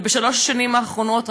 ובשלוש השנים האחרונות,